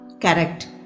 Correct